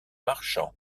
marchand